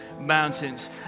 mountains